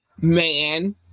man